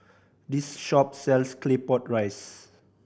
this shop sells Claypot Rice